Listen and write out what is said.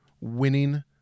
winning